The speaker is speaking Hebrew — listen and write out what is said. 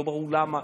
לא ברור למה.